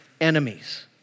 enemies